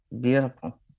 beautiful